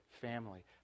family